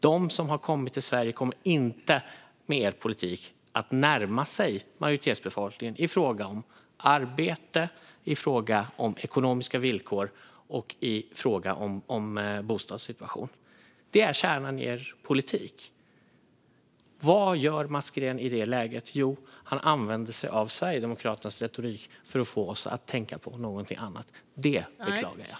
De som har kommit till Sverige kommer inte att med er politik närma sig majoritetsbefolkningen i fråga om arbete, ekonomiska villkor och bostadssituation. Det är kärnan i er politik. Vad gör Mats Green i det läget? Jo, han använder sig av Sverigedemokraternas retorik för att få oss att tänka på någonting annat. Det beklagar jag.